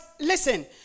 listen